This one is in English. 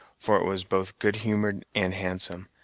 for it was both good-humored and handsome.